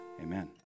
Amen